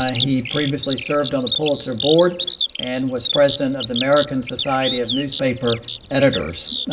ah he previously served on the pulitzer board and was president of the american society of newspaper editors.